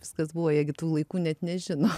viskas buvo jie gi tų laikų net nežino